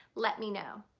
let me know.